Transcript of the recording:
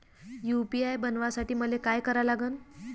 UPI बनवासाठी मले काय करा लागन?